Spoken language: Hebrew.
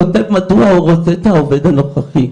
כותב מדוע הוא רוצה את העובד הנוכחי,